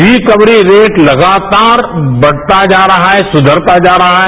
recovery rate लगातार बढ़ता जा रहाहै सुधरता जा रहा है